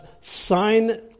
sign